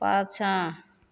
पाछाँ